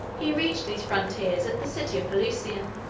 he reached these frontiers at the city of pelusium.